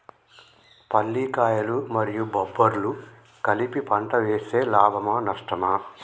పల్లికాయలు మరియు బబ్బర్లు కలిపి పంట వేస్తే లాభమా? నష్టమా?